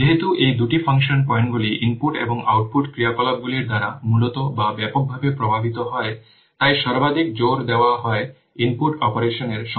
যেহেতু এই দুটি ফাংশন পয়েন্টগুলি ইনপুট এবং আউটপুট ক্রিয়াকলাপগুলির দ্বারা মূলত বা ব্যাপকভাবে প্রভাবিত হয় তাই সর্বাধিক জোর দেওয়া হয় ইনপুট অপারেশনের সংখ্যা এবং আউটপুট অপারেশনগুলির উপর